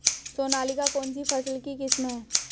सोनालिका कौनसी फसल की किस्म है?